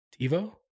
TiVo